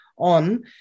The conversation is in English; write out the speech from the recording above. on